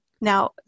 Now